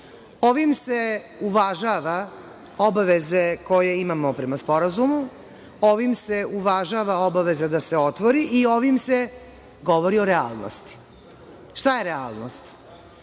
Ovim se uvažava obaveze koje imamo prema sporazumu. Ovim se uvažava obaveza da se otvori i ovim se govori o realnosti. Šta je realnost? Kada